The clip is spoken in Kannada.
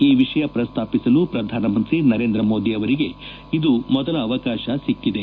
ಈ ವಿಷಯ ಪ್ರಸ್ತಾಪಿಸಲು ಪ್ರಧಾನಮಂತ್ರಿ ನರೇಂದ್ರ ಮೋದಿ ಅವರಿಗೆ ಮೊದಲ ಅವಕಾಶ ಸಿಕ್ಕಿದೆ